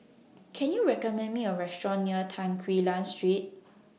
Can YOU recommend Me A Restaurant near Tan Quee Lan Street